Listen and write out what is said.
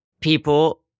people